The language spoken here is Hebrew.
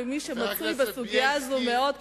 כמי שמצוי בסוגיה הזאת מאוד,